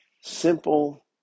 simple